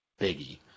Biggie